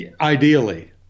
Ideally